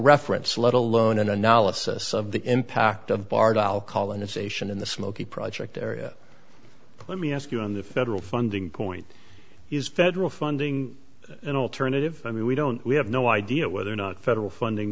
reference let alone an analysis of the impact of bartle colonization in the smokey project area let me ask you on the federal funding point is federal funding an alternative i mean we don't we have no idea whether or not federal funding